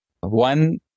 One